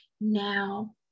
now